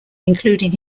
including